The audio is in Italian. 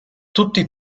tutti